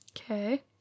Okay